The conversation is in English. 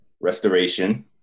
Restoration